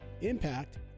Impact